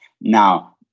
now